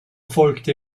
folgte